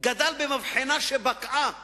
גדל במבחנה שבקעה